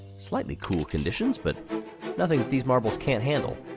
slightly cool conditions, but nothing these marbles can't handle.